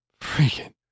Freaking